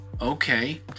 Okay